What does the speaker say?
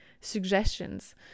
suggestions